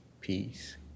peace